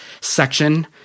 section